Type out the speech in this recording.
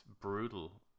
brutal